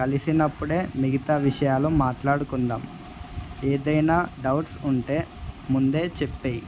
కలిసినప్పుడే మిగతా విషయాలు మాట్లాడుకుందాం ఏదైనా డౌట్స్ ఉంటే ముందే చెప్పేయి